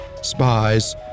spies